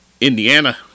Indiana